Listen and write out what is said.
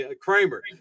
Kramer